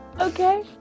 okay